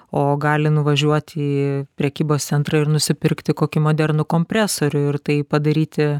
o gali nuvažiuot į prekybos centrą ir nusipirkti kokį modernų kompresorių ir tai padaryti